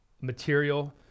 material